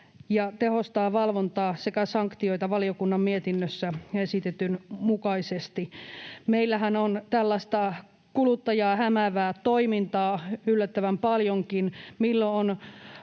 ja tehostaa valvontaa sekä sanktioita valiokunnan mietinnössä esitetyn mukaisesti. Meillähän on tällaista kuluttajaa hämäävää toimintaa yllättävänkin paljon: on